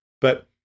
But-